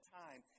time